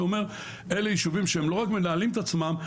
אלו ישובים שלא רק מנהלים את עצמם,